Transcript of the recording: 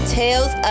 tales